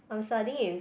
I'm studying in